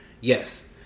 Yes